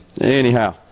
anyhow